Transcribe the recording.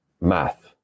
math